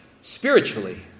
spiritually